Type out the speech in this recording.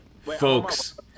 folks